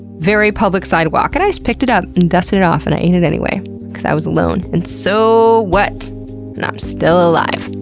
very public sidewalk. and i just picked it up and dusted it off and i ate it anyway because i was alone and soooooo so what? and i'm still alive.